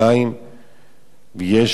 ויש להעלות